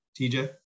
TJ